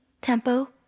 tempo